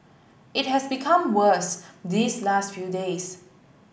it has become worse these last few days